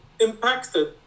impacted